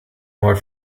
more